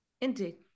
Indeed